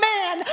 man